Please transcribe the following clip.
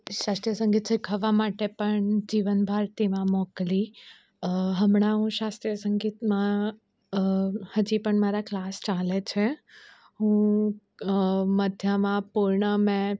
શાસ્ત્રીય સંગીત શીખવવા માટે પણ જીવન ભારતીમાં મોકલી હમણાં હું શાસ્ત્રીય સંગીતમાં હજી પણ મારા ક્લાસ ચાલે છે હું મધ્યમાં પૂર્ણ મેં